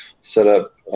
setup